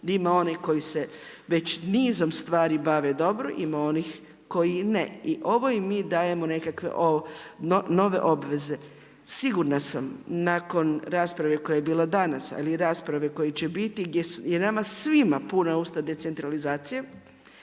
ima one koji se već nizom stvari bave dobro, ima onih koji ne. I ovo im mi dajemo nekakve nove obveze. Sigurna sam nakon rasprave koja je bila danas, ali i rasprave koja će biti, gdje je nama svima puna usta decentralizacije,